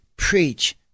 preach